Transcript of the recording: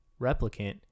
replicant